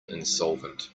insolvent